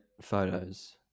photos